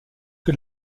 que